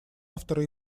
автора